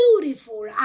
beautiful